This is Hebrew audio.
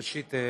ראשית,